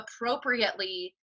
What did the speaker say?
appropriately